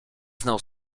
znał